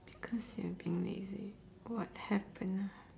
because you have been lazy what happen ah